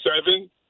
seven